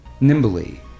nimbly